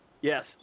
Yes